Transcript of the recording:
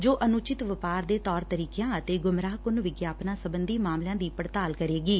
ਜੋ ਅਨੁਚਿਤ ਵਪਾਰ ਦੇ ਤੌਰ ਤਰੀਕਿਆਂ ਅਤੇ ਗੂੰਮਰਾਹ ਕੁੰਨ ਵਿਗਿਆਪਨਾਂ ਸਬੰਧੀ ਮਾਮਲਿਆਂ ਦੀ ਪੜਤਾਲ ਕਰੇਗੀ